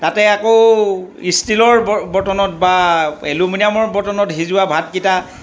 তাতে আকৌ ষ্টীলৰ ব বৰ্তনত বা এলুমিনিয়ামৰ বৰ্তনত সিজোৱা ভাতকেইটা